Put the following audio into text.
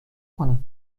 کنم